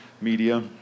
media